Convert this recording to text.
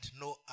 no